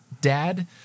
dad